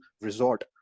resort